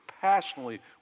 passionately